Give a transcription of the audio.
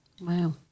Wow